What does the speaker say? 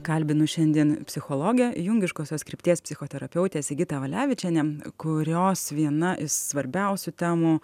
kalbinu šiandien psichologę jungiškosios krypties psichoterapeutę sigitą valevičienę kurios viena iš svarbiausių temų